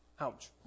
Ouch